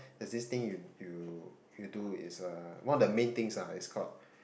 there's this thing you you do is uh one of the main things ah is called